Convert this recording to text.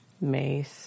mace